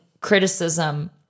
criticism